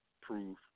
proof